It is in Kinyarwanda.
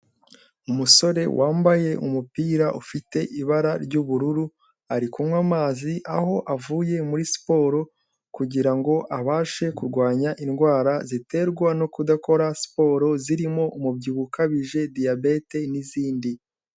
Umusore wambaye umupira ufite ibara ry'ubururu, ari kunywa amazi, aho avuye muri siporo kugira ngo abashe kurwanya indwara ziterwa no kudakora siporo, zirimo umubyibuho ukabije, diyabete n'izindi.